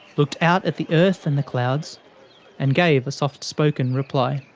looked out at the earth and the clouds and gave a soft spoken reply.